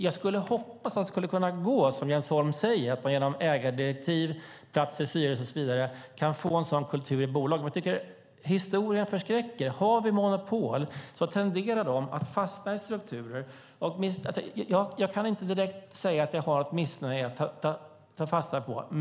Jag skulle hoppas att det skulle kunna gå så som Jens Holm säger - att man genom ägardirektiv, plats i styrelser och så vidare kan få en sådan kultur i ett bolag. Men jag tycker att historien förskräcker. Om vi har monopol tenderar de att fastna i strukturer. Jag kan inte direkt säga att jag har något missnöje att ta fasta på.